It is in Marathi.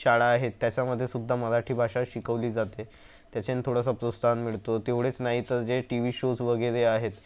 शाळा आहेत त्याच्यामधेसुद्धा मराठी शिकवली जाते तेच्यान थोडासा प्रोत्साहन मिळतो तेवढेच नाही तर जे टी व्ही शोज वगैरे आहेत